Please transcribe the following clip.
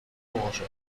branche